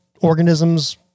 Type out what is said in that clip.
organisms